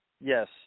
Yes